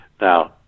Now